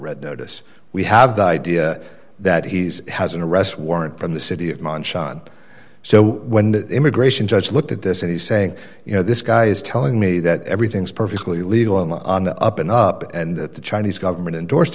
read notice we have no idea that he's has an arrest warrant from the city of munch on so when the immigration judge looked at this and he's saying you know this guy is telling me that everything's perfectly legal and on the up and up and the chinese government endorsed